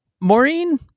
Maureen